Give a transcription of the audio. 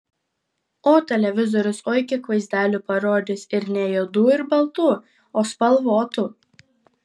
o televizorius oi kiek vaizdelių parodys ir ne juodų ir baltų o spalvotų